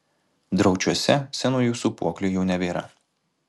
draučiuose senųjų sūpuoklių jau nebėra